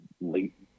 late